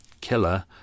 killer